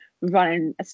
running